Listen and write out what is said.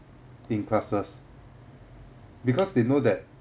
in classes because they know that